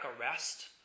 arrest